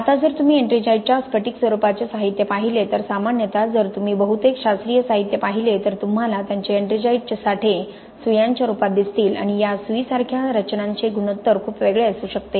आता जर तुम्ही एट्रिंजाईटच्या स्फटिक स्वरूपाचे साहित्य पाहिले तर सामान्यत जर तुम्ही बहुतेक शास्त्रीय साहित्य पाहिले तर तुम्हाला त्यांचे एट्रिंजाइटचे साठे सुयांच्या रूपात दिसतील आणि या सुई सारख्या रचनांचे गुणोत्तर खूप वेगळे असू शकते